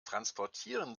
transportieren